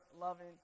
loving